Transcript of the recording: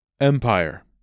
Empire